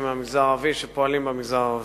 מהמגזר הערבי שפועלים במגזר הערבי.